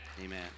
Amen